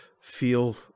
feel